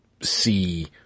see